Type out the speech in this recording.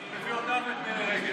אני מביא אותם ואת מירי רגב.